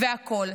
והכול.